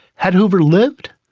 had hoover lived,